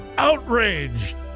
Outraged